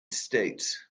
states